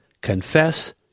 confess